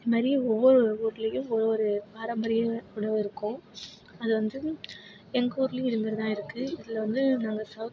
இது மாதிரி ஒவ்வொரு ஊர்லேயும் ஒவ்வொரு பாரம்பரிய உணவு இருக்கும் அது வந்து எங்கள் ஊர்லேயும் இதுமாரி தான் இருக்குது இதில் வந்து நாங்கள் சவுத்